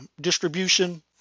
distribution